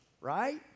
right